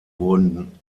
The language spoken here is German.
wurden